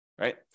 right